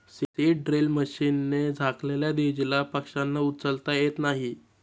seed drill मशीनने झाकलेल्या दीजला पक्ष्यांना उचलता येत नाही